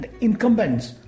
incumbents